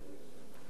ולכן,